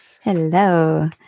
Hello